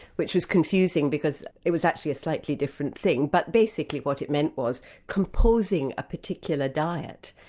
which is confusing, because it was actually a slightly different thing, but basically what it meant was composing a particular diet,